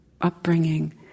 upbringing